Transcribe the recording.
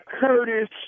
Curtis